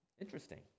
Interesting